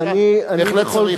בהחלט צריך,